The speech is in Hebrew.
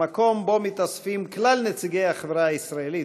המקום שבו מתאספים כלל נציגי החברה הישראלית,